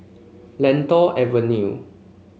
Lentor Avenue